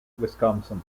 wisconsin